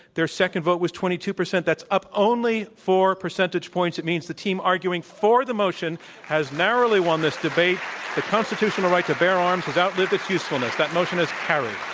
their second vote was twenty two percent. that's up only four percentage points. it means the team arguing for the motion has narrowly won this debate the constitutional right to bear arms has outlived its usefulness. that motion is carried.